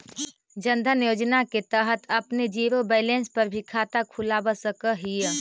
जन धन योजना के तहत आपने जीरो बैलेंस पर भी खाता खुलवा सकऽ हिअ